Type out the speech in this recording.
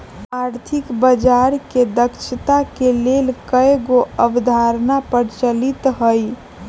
आर्थिक बजार के दक्षता के लेल कयगो अवधारणा प्रचलित हइ